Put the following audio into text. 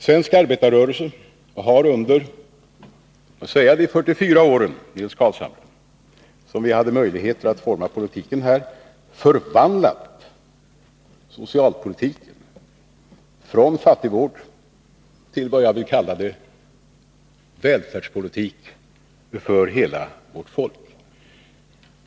Svensk arbetarrörelse har under de 44 år, Nils Carlshamre, som vi hade möjlighet att forma politiken här i landet förvandlat socialpolitiken från fattigvård till välfärdspolitik för hela vårt folk.